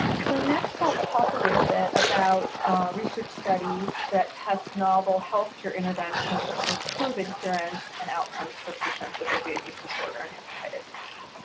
so next i'll talk a little bit about research studies that test novel healthcare interventions to improve adherence and outcomes for patients with opiate use disorder and hepatitis c.